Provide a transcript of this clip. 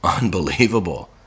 unbelievable